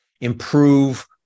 improve